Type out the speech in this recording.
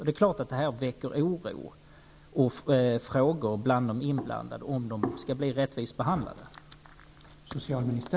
Det är klart att detta bland de inblandade väcker oro och frågor om de skall bli rättvist behandlade.